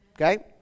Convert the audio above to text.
Okay